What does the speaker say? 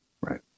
Right